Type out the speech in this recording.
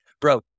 bro